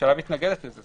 הממשלה מתנגדת לזה.